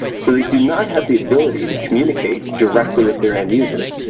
so they do not have the ability to communicate directly with their end-users.